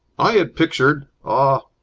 i had pictured ah,